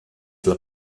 dla